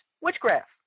witchcraft